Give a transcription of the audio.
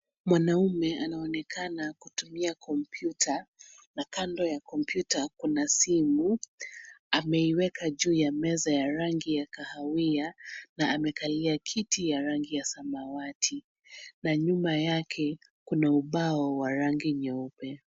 Mwanaume anaonekana kutumia komputa ,na kando ya komputa kuna simu, ameiweka juu ya meza ya rangi ya kahawia, na amekalia kiti ya rangi ya samawati, na nyuma yake kuna ubao wa rangi nyeupe.